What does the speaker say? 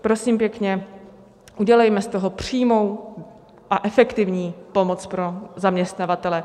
Prosím pěkně, udělejme z toho přímou a efektivní pomoc pro zaměstnavatele.